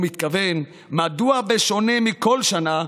הוא מתכוון: מדוע, בשונה מכל שנה,